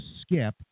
skip